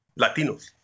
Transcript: Latinos